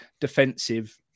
defensive